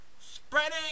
spreading